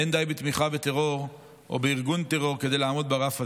אין די בתמיכה בטרור או בארגון טרור כדי לעמוד ברף הזה.